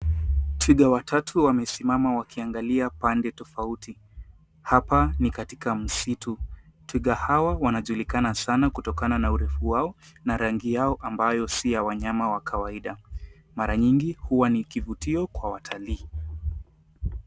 Twiga watatu wamesimama wakiangalia pande tofauti. Hapa ni katika msitu. Twiga hawa wanajulikana sana kutokana na urefu wao na rangi yao ambayo si ya wanyama wa kawaida. Mara nyingi huwa ni kivutio kwa watalii.